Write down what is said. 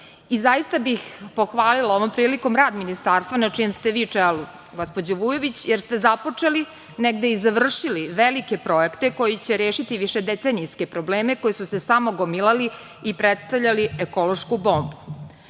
i zaista bih pohvalila ovom prilikom rad Ministarstva na čijem ste vi čelu, gospođo Vujović, jer ste započeli, negde i završili, velike projekte koji će rešiti višedecenijske probleme koji su se samo gomilali i predstavljali ekološku